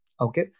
Okay